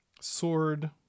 Sword